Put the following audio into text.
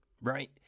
right